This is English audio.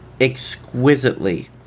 exquisitely